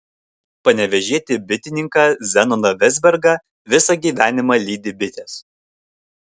panevėžietį bitininką zenoną vezbergą visą gyvenimą lydi bitės